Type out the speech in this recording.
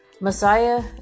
Messiah